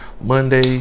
Monday